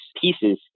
pieces